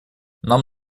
нам